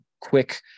quick